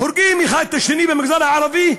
הורגים האחד את השני במגזר הערבי,